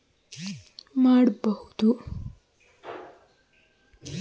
internet ಬ್ಯಾಂಕಿನಲ್ಲಿ ನಮ್ಮ account check ಮಾಡಬಹುದು